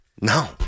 no